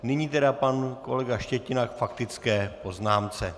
Nyní tedy pan kolega Štětina k faktické poznámce.